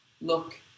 look